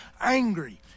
angry